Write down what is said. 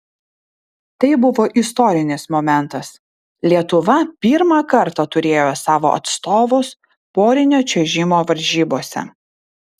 tai buvo istorinis momentas lietuva pirmą kartą turėjo savo atstovus porinio čiuožimo varžybose